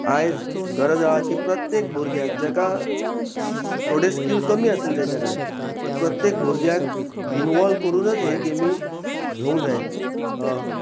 आयज गरज आहा की प्रत्येक भुरग्यांक जाका थोडे स्कील कमी आसलेले तेज कडेन पूण प्रत्येक भुरग्याक इनवोल करुनच हे गेमी घेवंक जाय